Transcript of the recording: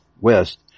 West